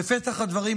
בפתח הדברים,